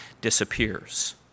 disappears